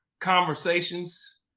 conversations